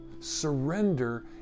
Surrender